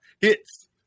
hits